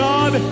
God